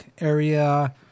area